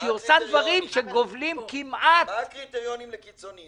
שהיא עושה דברים שגובלים כמעט --- מה הקריטריונים לקיצוניים?